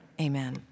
Amen